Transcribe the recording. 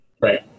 right